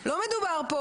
לא מדובר פה